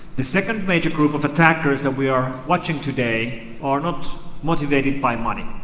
the second major group of attackers that we are watching today are not motivated by money.